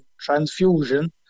transfusion